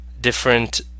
different